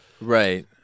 right